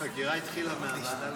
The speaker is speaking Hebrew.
תודה רבה,